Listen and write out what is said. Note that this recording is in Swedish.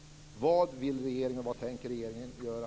Vad tänker regeringen göra?